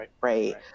Right